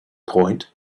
point